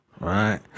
Right